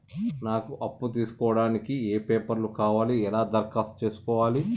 నాకు అప్పు తీసుకోవడానికి ఏ పేపర్లు కావాలి ఎలా దరఖాస్తు చేసుకోవాలి?